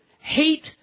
hate